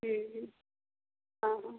ହୁଁ ହଁ